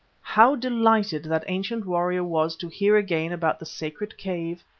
how delighted that ancient warrior was to hear again about the sacred cave,